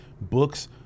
books